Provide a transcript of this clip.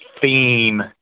theme